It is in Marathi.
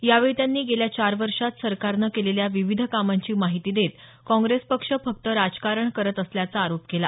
यावेळी त्यांनी गेल्या चार वर्षात सरकारनं केलेल्या विविध कामांची माहिती देत काँग्रेस पक्ष फक्त राजकारण करत असल्याचा आरोप केला